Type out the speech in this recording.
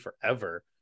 forever